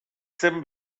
zen